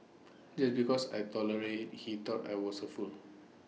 just because I tolerated he thought I was A fool